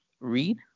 read